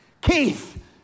Keith